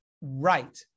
right